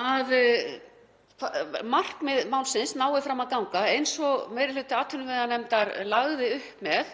að markmið málsins nái fram að ganga eins og meiri hluti atvinnuveganefndar lagði upp með,